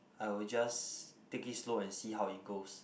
I will just take it slow and see how it goes